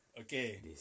Okay